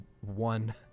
one